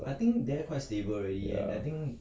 ya